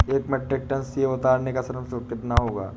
एक metric tonne सेव उतारने का श्रम शुल्क कितना होगा?